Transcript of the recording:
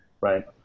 Right